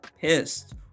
pissed